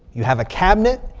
you have a cabinet.